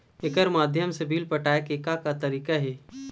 एकर माध्यम से बिल पटाए के का का तरीका हे?